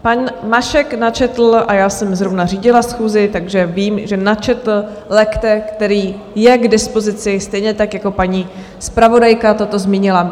Pan Mašek načetl a já jsem zrovna řídila schůzi, takže vím, že načetl lex, který je k dispozici, stejně tak jako paní zpravodajka toto zmínila.